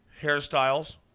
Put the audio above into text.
hairstyles